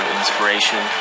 inspiration